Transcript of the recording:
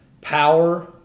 Power